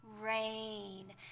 rain